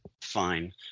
fine